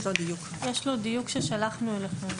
יש לו דיוק ששלחנו אליכם.